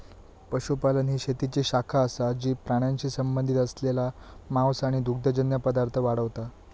पशुपालन ही शेतीची शाखा असा जी प्राण्यांशी संबंधित असलेला मांस आणि दुग्धजन्य पदार्थ वाढवता